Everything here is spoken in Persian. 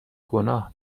گناه